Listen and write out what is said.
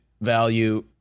value